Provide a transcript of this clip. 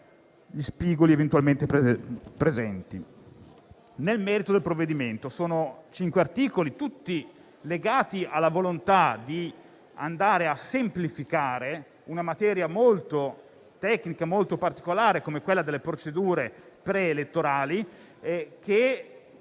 Nel merito, il provvedimento è composto da cinque articoli, tutti legati alla volontà di semplificare una materia molto tecnica e molto particolare come quella delle procedure preelettorali, al